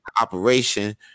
operation